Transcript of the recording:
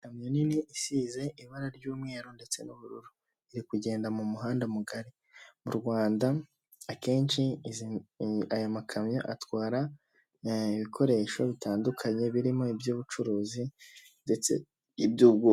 Iyo abayobozi basoje inama bari barimo hari ahantu habugenewe bahurira bakiga ku myanzuro yafashwe ndetse bakanatanga n'umucyo ku bibazo byagiye bigaragazwa ,aho hantu iyo bahageze baraniyakira.